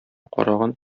караган